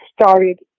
started